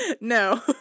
No